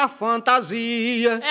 fantasia